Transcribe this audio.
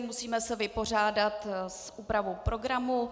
Musíme se vypořádat s úpravou programu.